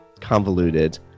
convoluted